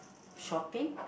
shopping